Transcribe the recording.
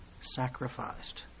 sacrificed